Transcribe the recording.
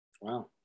Wow